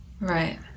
right